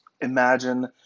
Imagine